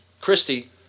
Christie